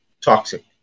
toxic